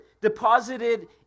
deposited